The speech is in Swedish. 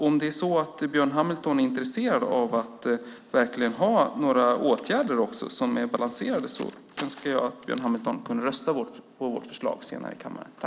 Om Björn Hamilton är intresserad av att verkligen vidta några balanserade åtgärder önskar jag att Björn Hamilton kunde rösta på vårt förslag senare i kammaren.